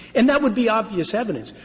and that would be obvious evidence.